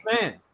man